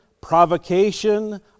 provocation